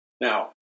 Now